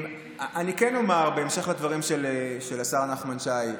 אני כן אומר בהמשך לדברים של השר נחמן שי: